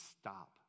stop